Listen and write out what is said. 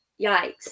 yikes